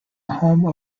home